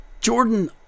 Jordan